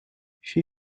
she